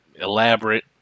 elaborate